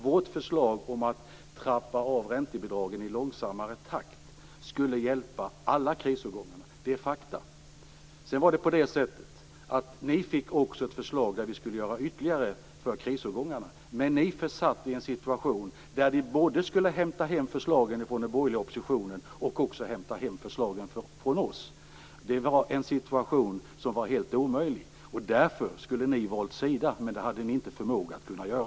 Vårt förslag om att trappa av räntebidragen i långsammare takt skulle hjälpa alla krisårgångarna. Det är fakta. Ni fick också ett förslag om att göra ytterligare för krisårgångarna, men ni försatte er i en situation där ni skulle hämta hem förslagen både från den borgerliga oppositionen och från oss. Det var en helt omöjligt situation. Därför skulle ni ha valt sida, men ni hade inte förmågan att göra det.